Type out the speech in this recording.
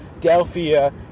delphia